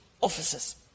officers